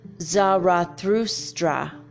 Zarathustra